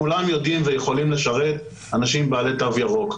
כולם יודעים ויכולים לשרת אנשים בעלי תו ירוק.